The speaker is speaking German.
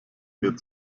ihr